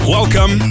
Welcome